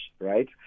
right